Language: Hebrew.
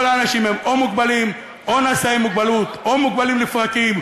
כל האנשים הם או מוגבלים או נשאי מוגבלות או מוגבלים לפרקים,